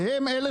שהם אלו